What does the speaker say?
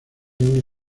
una